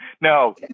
No